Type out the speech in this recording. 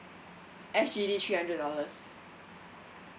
S_G_D three hundred dollars